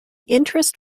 interest